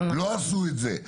לא עשו את זה.